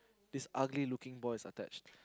this ugly looking boys attached